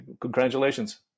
Congratulations